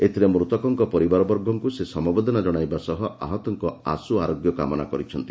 ଏଥିରେ ମୃତକଙ୍କ ପରିବାରବର୍ଗକୁ ସେ ସମବେଦନା ଜଣାଇବା ସହ ଆହତମାନଙ୍କ ଆଶୁଆରୋଗ୍ୟ କାମନା କରିଛନ୍ତି